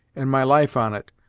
and my life on it,